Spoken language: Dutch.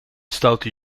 stoute